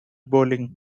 bowling